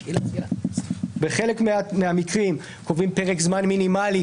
בחלק מהמקרים קובעים פרק זמן מינימלי